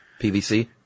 PVC